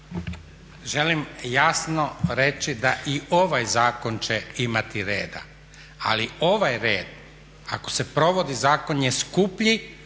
Želim jasno reći da i ovaj zakon će imati reda, ali ovaj red ako se provodi zakon je skuplji